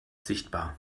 sichtbar